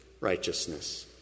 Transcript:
righteousness